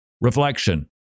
Reflection